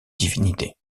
divinité